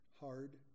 hard